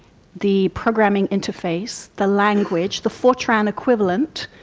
the programming interface, the language, the fortran equivalent,